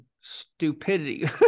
stupidity